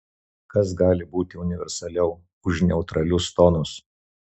kas gali būti universaliau už neutralius tonus